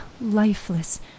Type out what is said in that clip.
lifeless